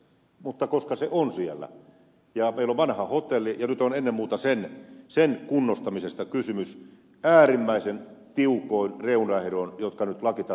mutta se on siellä ja meillä on vanha hotelli ja nyt on ennen muuta sen kunnostamisesta kysymys äärimmäisen tiukoin reunaehdoin jotka nyt lakitasoisesti määritellään